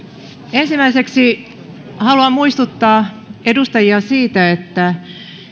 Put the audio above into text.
ensimmäiseksi haluan muistuttaa edustajia siitä että